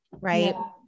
Right